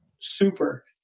super